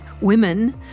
women